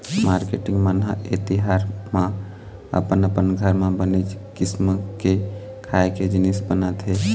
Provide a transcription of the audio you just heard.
marketing मन ह ए तिहार म अपन अपन घर म बनेच किसिम के खाए के जिनिस बनाथे